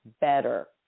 better